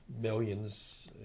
millions